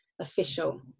official